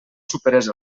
superés